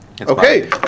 Okay